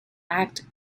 act